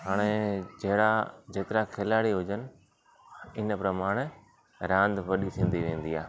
हाणे जहिड़ा जेतिरा खिलाड़ी हुजनि इन प्रमाणे रांदि वॾी थींदी वेंदी आहे